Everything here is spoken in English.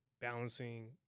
balancing